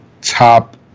top